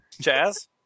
Jazz